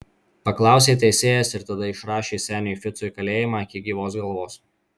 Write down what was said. paklausė teisėjas ir tada išrašė seniui ficui kalėjimą iki gyvos galvos